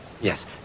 Yes